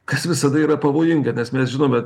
kas visada yra pavojinga nes mes žinome